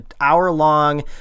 hour-long